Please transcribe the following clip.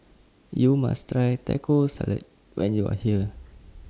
YOU must Try Taco Salad when YOU Are here